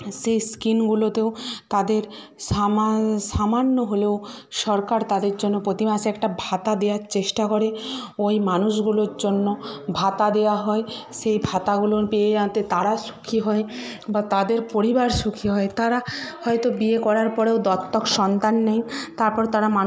সেই স্কিমগুলোতেও তাদের সামান্য হলেও সরকার তাদের জন্য প্রতি মাসে একটা ভাতা দেওয়ার চেষ্টা করে ওই মানুষগুলোর জন্য ভাতা দেওয়া হয় সেই ভাতাগুলো পেয়ে যাতে তারা সুখী হয় বা তাদের পরিবার সুখী হয় তারা হয়তো বিয়ে করার পরেও দত্তক সন্তান নেয় তার পরে তারা